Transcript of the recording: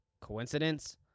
Coincidence